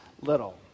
little